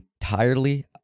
entirely